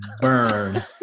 Burn